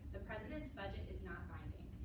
the president's budget is not binding.